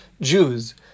Jews